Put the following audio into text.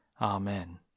Amen